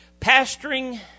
Pastoring